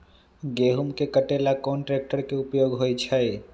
गेंहू के कटे ला कोंन ट्रेक्टर के उपयोग होइ छई?